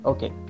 Okay